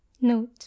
Note